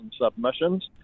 submissions